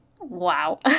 wow